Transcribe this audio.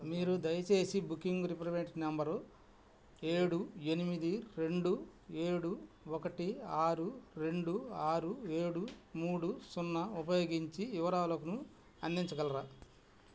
మీరు దయచేసి booking reference number ఏడు ఎనిమిది రెండు ఏడు ఒకటి ఆరు రెండు ఆరు ఏడు మూడు సున్నా ఉపయోగించి వివరాలను అందించగలరా